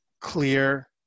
clear